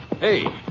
Hey